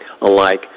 alike